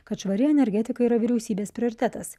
kad švari energetika yra vyriausybės prioritetas